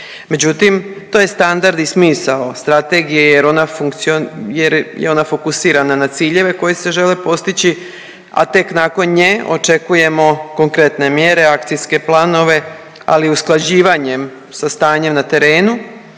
Međutim, to standard i smisao strategije jer ona fokusirana na ciljeve koji se žele postići, a tek nakon nje očekujemo konkretne mjere, akcijske planove, ali usklađivanjem sa stanjem na terenu